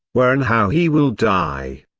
where and how he will die.